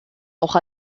auch